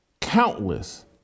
countless